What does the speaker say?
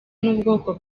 n’ubwoko